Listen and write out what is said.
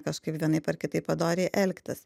kažkaip vienaip ar kitaip padoriai elgtis